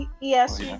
Yes